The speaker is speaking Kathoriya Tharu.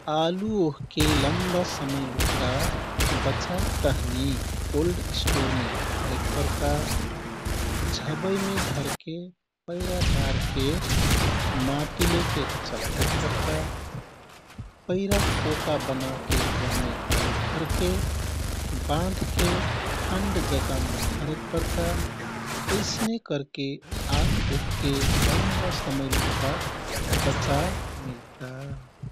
आलु ओहके लम्बा समय लुक्का बचाइक तहनि कोल्ड स्टोरमे धरेक परता। झबैमे धरके पैरा डारके माटि लैके चपटेक परता। पैराक पोका बनाके ओहमे आलु धरके बान्धके ठन्ड जगामे धरेक परता। यैसने आलु ओहके लम्बा समय लुक्का बचा मिल्ता।